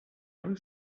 narrow